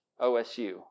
OSU